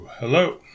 Hello